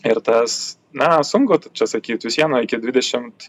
ir tas na sunku čia sakyt vis viena iki dvidešimt